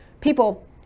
People